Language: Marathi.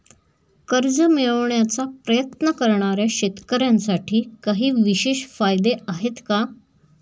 कर्ज मिळवण्याचा प्रयत्न करणाऱ्या शेतकऱ्यांसाठी काही विशेष फायदे आहेत का?